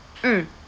mm